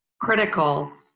critical